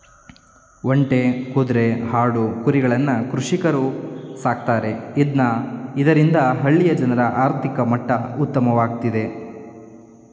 ಒಂಟೆ, ಕುದ್ರೆ, ಆಡು, ಕುರಿಗಳನ್ನ ಕೃಷಿಕರು ಸಾಕ್ತರೆ ಇದ್ನ ಇದರಿಂದ ಹಳ್ಳಿಯ ಜನರ ಆರ್ಥಿಕ ಮಟ್ಟ ಉತ್ತಮವಾಗ್ತಿದೆ